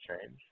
change